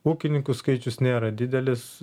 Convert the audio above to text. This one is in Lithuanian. ūkininkų skaičius nėra didelis